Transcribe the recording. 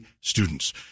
students